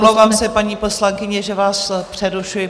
Omlouvám se, paní poslankyně, že vás přerušuji.